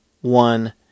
one